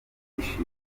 nishimye